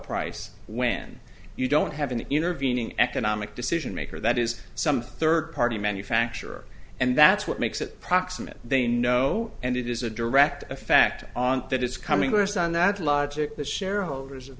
price when you don't have an intervening economic decision maker that is some third party manufacturer and that what makes it proximate they know and it is a direct effect on that is coming to us on that logic the shareholders of